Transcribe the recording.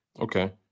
Okay